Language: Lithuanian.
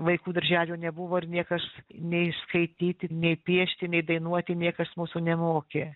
vaikų darželių nebuvo ir niekas nei skaityti nei piešti nei dainuoti niekas mūsų nemokė